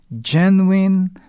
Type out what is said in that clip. genuine